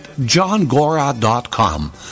JohnGora.com